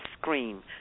scream